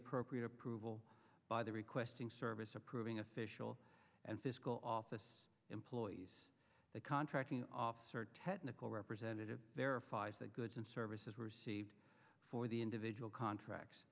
appropriate approval by the requesting service approving official and physical office employees the contracting officer technical representative verifies that goods and services were received for the individual contracts